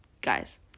Guys